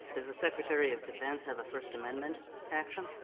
does the secretary of defense have a first amendment action?